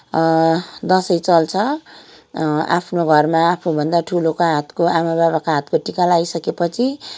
दसैँ चल्छ आफ्नो घरमा आफूभन्दा ठुलोको हातको आमा बाबाको हातको टिका लगाइसकेपछि